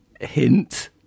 Hint